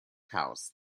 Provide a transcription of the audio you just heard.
house